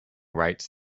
rights